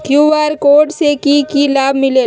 QR code से कि कि लाव मिलेला?